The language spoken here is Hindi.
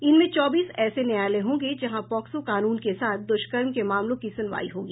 इनमें चौबीस ऐसे न्यायालय होंगे जहां पॉक्सो कानून के साथ दुष्कर्म के मामलों की सुनवाई होगी